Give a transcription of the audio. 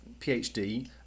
PhD